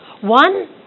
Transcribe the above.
One